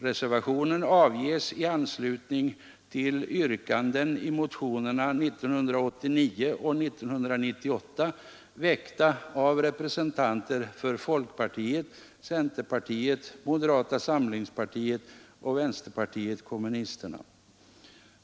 Reservationen avges i anslutning till yrkanden i motionerna 1989 och 1998, väckta av representanter för folkpartiet, centerpartiet, moderata samlingspartiet och vänsterpartiet kommunisterna.